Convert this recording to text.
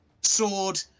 sword